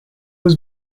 was